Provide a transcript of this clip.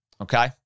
okay